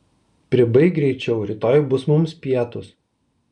pribaik greičiau rytoj bus mums pietūs